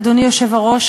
אדוני היושב-ראש,